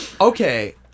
Okay